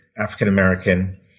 African-American